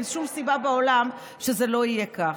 ואין שום סיבה בעולם שזה לא יהיה כך.